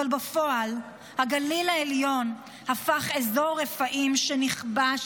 אבל בפועל הגליל העליון הפך אזור רפאים שנכבש